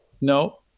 no